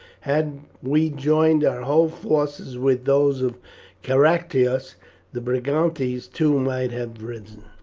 had we joined our whole forces with those of caractacus the brigantes too might have risen.